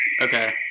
okay